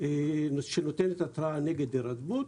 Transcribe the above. שנותנת התרעה נגד הירדמות